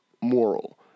moral